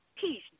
peace